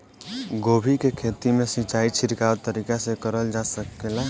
गोभी के खेती में सिचाई छिड़काव तरीका से क़रल जा सकेला?